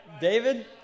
David